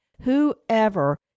whoever